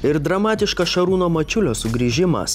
ir dramatiškas šarūno mačiulio sugrįžimas